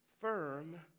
firm